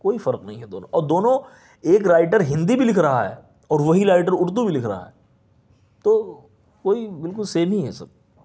کوئی فرق نہیں ہے دونوں اور دونوں ایک رائٹر ہندی بھی لکھ رہا ہے اور وہی رائٹر اردو بھی لکھ رہا ہے تو کوئی بالکل سیم ہی ہے سب